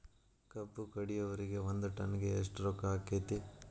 ಕಬ್ಬು ಕಡಿಯುವರಿಗೆ ಒಂದ್ ಟನ್ ಗೆ ಎಷ್ಟ್ ರೊಕ್ಕ ಆಕ್ಕೆತಿ?